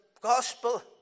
gospel